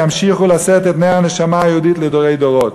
ימשיכו לשאת את נר הנשמה היהודית לדורי דורות.